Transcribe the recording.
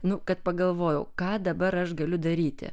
nu kad pagalvojau ką dabar aš galiu daryti